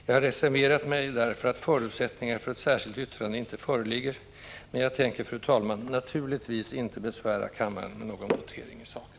Jag har reserverat mig därför att förutsättningar för ett särskilt yttrande inte föreligger, men jag tänker, fru talman, naturligtvis inte besvära kammaren med någon votering i saken.